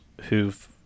who've